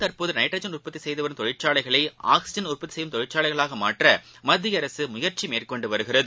தற்போதுநைட்ரஜன் உற்பத்திசெய்துவரும் தொழிற்சாலைகளைஆக்சிஜன் உற்பத்திசெய்யும் நாட்டில் தொழிற்சாலைகளாகமாற்றமத்திய அரசுமுயற்சிமேற்கொண்டுவருகிறது